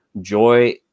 joy